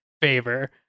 favor